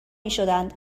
میشدن